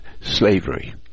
Slavery